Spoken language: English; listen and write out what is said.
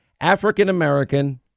African-American